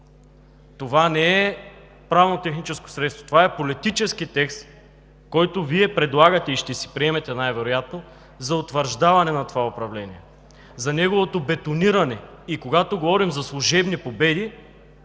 Това не е правнотехническо средство, това е политически текст, който Вие предлагате и ще си приемете най-вероятно за утвърждаване на това управление, за неговото бетониране. И когато говорим за служебни победи,